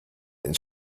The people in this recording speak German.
ins